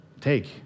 take